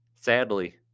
Sadly